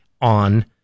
on